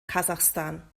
kasachstan